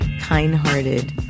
kind-hearted